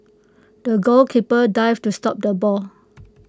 the goalkeeper dived to stop the ball